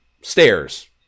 stairs